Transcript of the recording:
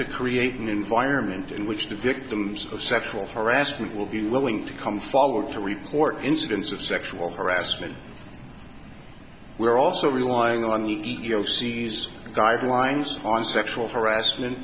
to create an environment in which the victims of sexual harassment will be willing to come forward to report incidents of sexual harassment we are also relying on the t o c these guidelines on sexual harassment